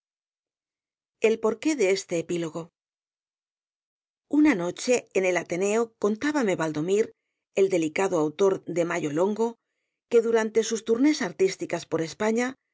el porqué de este epílogo una noche en el ateneo contábame baldomir el delicado autor de mayo longo que durante sus tournées artísticas por españa